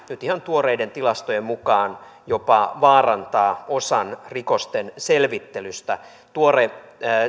nyt ihan tuoreiden tilastojen mukaan jopa vaarantaa osan rikosten selvittelystä tuore